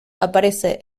aparece